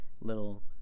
little